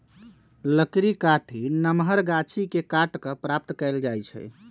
लकड़ी काठी नमहर गाछि के काट कऽ प्राप्त कएल जाइ छइ